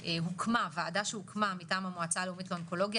ועדה שהוקמה מטעם המועצה הלאומית לאונקולוגיה